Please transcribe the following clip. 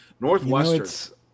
Northwestern